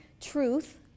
truth